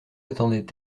attendait